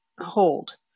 hold